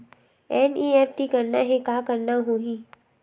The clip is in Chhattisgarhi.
एन.ई.एफ.टी करना हे का करना होही?